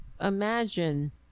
imagine